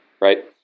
right